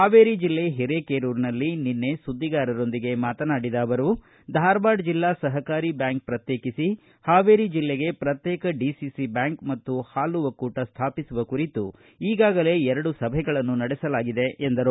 ಹಾವೇರಿ ಜಿಲ್ಲೆ ಹಿರೆಕೇರೂರಿನಲ್ಲಿ ನಿನ್ನೆ ಸುದ್ದಿಗಾರರೊಂದಿಗೆ ಮಾತನಾಡಿದ ಅವರು ಧಾರವಾಡ ಜಿಲ್ಲಾ ಸಹಕಾರಿ ಬ್ಡಾಂಕ್ ಪ್ರತ್ವೇಕಿಸಿ ಹಾವೇರಿ ಜಿಲ್ಲೆಗೆ ಪ್ರತ್ಯೇಕ ಡಿಸಿ ಬ್ಡಾಂಕ್ ಮತ್ತು ಹಾಲು ಒಕ್ಕೂಟ ಸ್ವಾಪಿಸುವ ಕುರಿತು ಈಗಾಗಲೇ ಎರಡು ಸಭೆಗಳನ್ನು ನಡೆಸಲಾಗಿದೆ ಎಂದರು